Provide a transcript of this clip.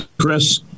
Chris